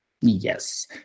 Yes